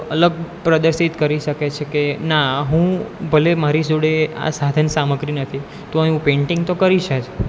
અલગ પ્રદર્શિત કરી શકે છે કે ના હું ભલે મારી જોડે આ સાધન સામગ્રી નથી તોય હું પેંટિંગ તો કરીશ જ